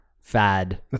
fad